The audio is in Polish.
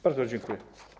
Bardzo dziękuję.